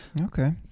Okay